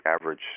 average